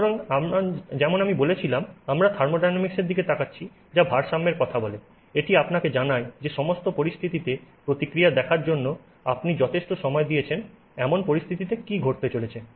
সুতরাং যেমন আমি বলেছিলাম আমরা থার্মোডাইনামিক্স এর দিকে তাকাচ্ছি যা ভারসাম্যের কথা বলে এটি আপনাকে জানায় যে সমস্ত পরিস্থিতিতে প্রতিক্রিয়া দেখা দেওয়ার জন্য আপনি যথেষ্ট সময় দিয়েছেন এমন পরিস্থিতিতে কি ঘটতে চলেছে